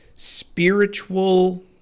spiritual